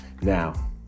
Now